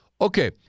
Okay